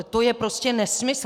To je prostě nesmysl.